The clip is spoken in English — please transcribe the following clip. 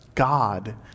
God